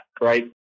right